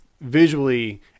visually